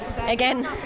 again